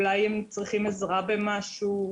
אולי הם צריכים עזרה במשהו,